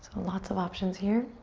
lots of options here.